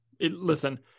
Listen